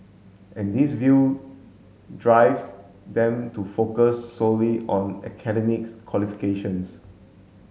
and this view drives them to focus solely on academics qualifications